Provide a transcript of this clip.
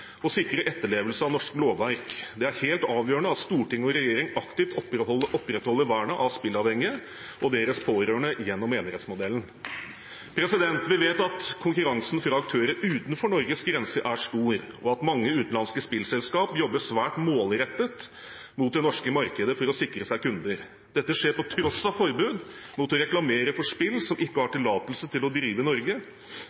og sikrer etterlevelse av norsk lovverk. Det er helt avgjørende at storting og regjering aktivt opprettholder vernet av spilleavhengige og deres pårørende, gjennom enerettsmodellen. Vi vet at konkurransen fra aktører utenfor Norges grenser er stor, og at mange utenlandske spillselskap jobber svært målrettet mot det norske markedet for å sikre seg kunder. Dette skjer på tross av forbud mot å reklamere for spill som ikke har